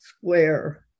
Square